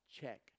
check